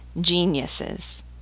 geniuses